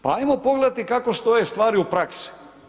Pa hajmo pogledati kako stoje stvari u praksi.